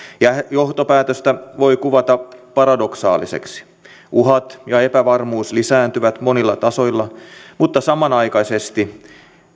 johtopäätöstä voi kuvata paradoksaaliseksi uhat ja epävarmuus lisääntyvät monilla tasoilla mutta samanaikaisesti